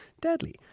deadly